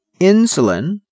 insulin